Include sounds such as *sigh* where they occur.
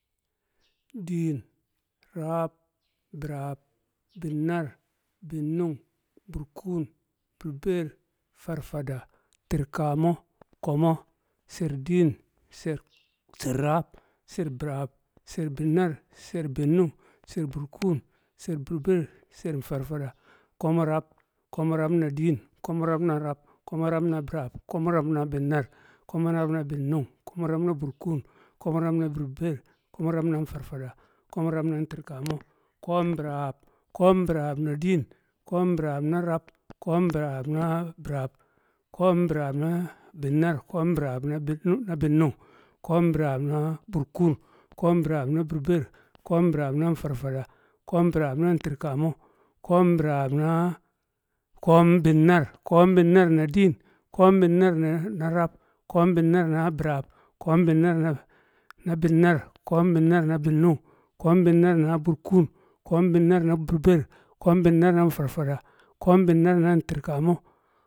diin, raab, birab, binnar, binnung, burkun, burbeer, farfada, ti̱rkamo̱, komo, she diin *noise* sher raab sher birab, sher binnar, sher binnung sheer burkuun sher burbeer, shẹr farfada komo rab, komo rab na diin, kumo rab na raab, komo rab na birab, komo rab na biinar, komo rab na binnung, komo rab na burkuun, komo rab na burbeer, komo rab na fardada, komo rab na tir kamo, ko̱o̱m birab, ko̱o̱m birab na diin, ko̱o̱m birab na rab, ko̱o̱m birab na- bi- rab, ko̱o̱m birab na- binnar, ko̱o̱m birab na burber, ko̱o̱m birab na farfada, ko̱o̱m birab na tirkamo, ko̱o̱m birab na- ko̱o̱m binnar, ko̱o̱m binnar na diir ko̱o̱m binnar na- nu rab, ko̱o̱m binnar bɪrab, ko̱o̱m binnar na- na binnar, ko̱o̱m ko̱o̱m binnar na binnung, ko̱o̱m binnar na burkun, ko̱o̱m binnar na nfarfada, ko̱o̱m binnar na ntirkam